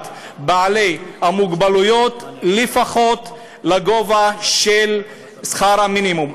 האנשים עם מוגבלות לפחות לגובה של שכר המינימום,